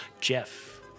Jeff